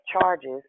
charges